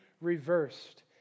reversed